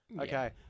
Okay